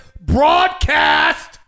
broadcast